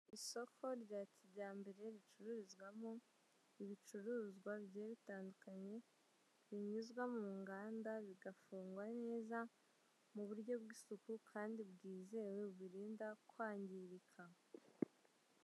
Isoko rya kijyambere ricururizwamo ibicuruzwa bigiye bitandukanye binyuzwa mu nganda bigafungwa neza muburyo bw'isuku kandi bwizewe bubirinda kwangirika.